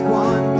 one